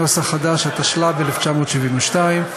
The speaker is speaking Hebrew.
התשל"ב 1972,